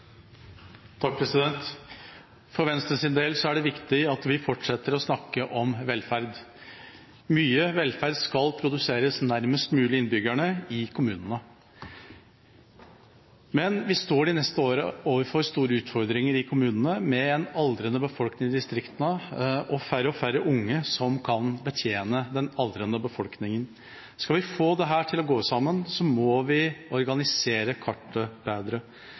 For Venstres del er det viktig at vi fortsetter å snakke om velferd. Mye velferd skal produseres nærmest mulig innbyggerne i kommunene. De neste årene står vi overfor store utfordringer i kommunene, med en aldrende befolkning i distriktene og færre og færre unge som kan betjene den aldrende befolkningen. Skal vi få dette til å gå sammen, må vi organisere kartet bedre.